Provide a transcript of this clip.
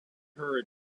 heard